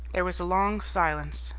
there was a long silence,